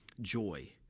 joy